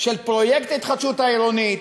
של פרויקט ההתחדשות העירונית,